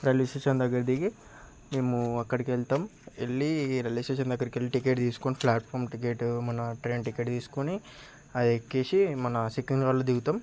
railway station దగ్గర దిగి మేము అక్కడికి వెళతాము వెళ్ళి రైల్వే స్టేషన్ దగ్గరకి వెళ్ళి టికెట్ తీసుకొని ప్లాట్ఫారం టికెట్ మన ట్రైన్ టికెట్ తీసుకొని అది ఎక్కేసి మన సికింద్రాబాద్లో దిగుతాము